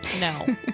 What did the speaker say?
No